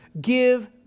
give